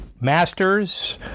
Masters